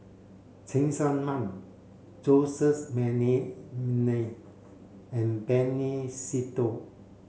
Cheng Tsang Man Joseph Mcnally and Benny Se Teo